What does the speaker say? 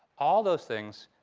all those things,